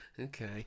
okay